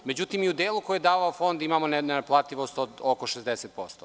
Međutim, i u delu koji je davao Fond imamo nenaplativost od oko 60%